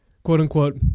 quote-unquote